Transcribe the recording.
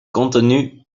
continu